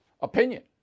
opinion